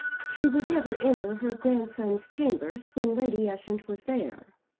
she would never enter her grandson's chambers when lady ushant was there.